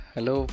Hello